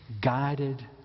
guided